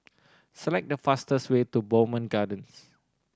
select the fastest way to Bowmont Gardens